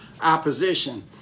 opposition